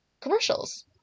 commercials